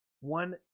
one